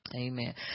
amen